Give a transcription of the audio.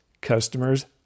customers